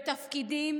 בתפקידים,